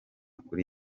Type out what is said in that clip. kuri